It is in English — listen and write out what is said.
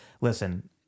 listen